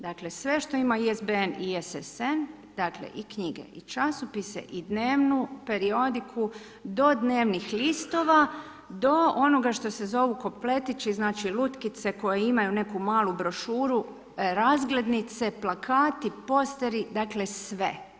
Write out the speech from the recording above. Dakle sve što ima, ... dakle i knjige i časopise i dnevnu periodiku do dnevnih listova, do onoga što se zovu kompletići, znači lutkice koje imaju neku malu brošuru, razglednice, plakati, posteri, dakle sve.